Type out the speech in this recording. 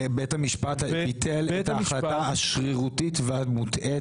בית המשפט ביטל את ההחלטה השרירותית והמוטעית